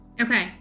Okay